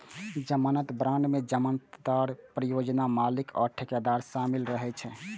जमानत बांड मे जमानतदार, परियोजना मालिक आ ठेकेदार शामिल रहै छै